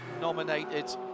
nominated